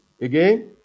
again